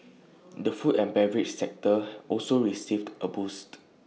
the food and beverage sector also received A boost